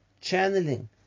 channeling